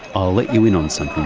i'll let you in on something